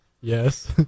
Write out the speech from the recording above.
Yes